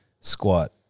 squat